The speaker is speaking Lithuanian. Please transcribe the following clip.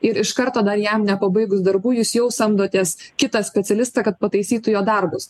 ir iš karto dar jam nepabaigus darbų jūs jau samdotės kitą specialistą kad pataisytų jo darbus